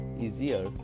easier